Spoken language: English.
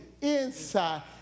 inside